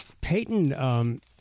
Peyton